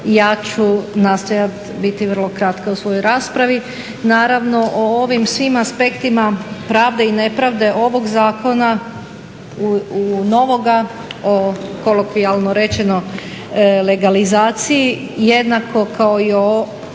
ja ću nastojati biti vrlo kratka u svojoj raspravi. Naravno o ovim svim aspektima pravde i nepravde ovog zakona novoga o kolokvijalno rečeno legalizaciji jednako kao i